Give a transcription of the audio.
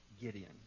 Gideon